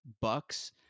Bucks